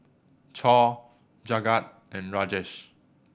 Choor Jagat and Rajesh